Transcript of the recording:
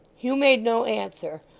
hugh made no answer,